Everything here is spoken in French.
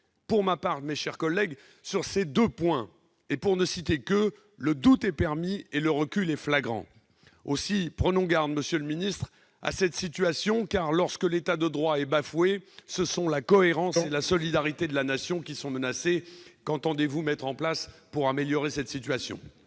Pour ma part, mes chers collègues, sur ces deux points et pour ne citer qu'eux, il me semble que le doute est permis et que le recul est flagrant. Aussi prenons garde, monsieur le ministre, à cette situation, car, lorsque l'État de droit est bafoué, ce sont la cohérence et la solidarité de la nation qui sont menacées. Qu'entendez-vous faire pour améliorer cette situation